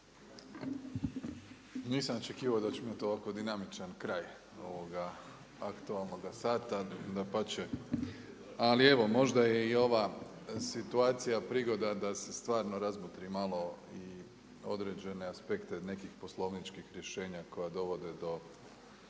Nisam očekivao da ćemo imati ovako dinamičan kraj aktualnoga sata, dapače. Ali evo možda je i ova situacija prigoda da se stvarno razmotri malo i određene aspekte nekih poslovničkih rješenja koja dovode do